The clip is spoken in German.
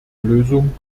lösung